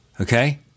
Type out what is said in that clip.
Okay